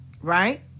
right